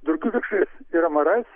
drugių vikšrais ir amarais